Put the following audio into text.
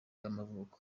y’amavuko